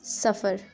سفر